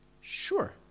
Sure